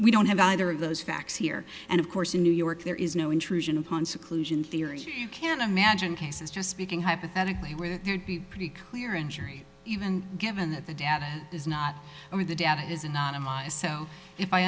we don't have either of those facts here and of course in new york there is no intrusion upon seclusion theory you can imagine cases just speaking hypothetically where there'd be pretty clear injury even given that the data is not over the data is anonymised so if i